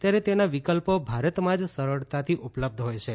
ત્યારે તેના વિકલ્પો ભારતમાં જ સરળતાથી ઉપલબ્ધ હોથ છે